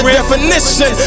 definition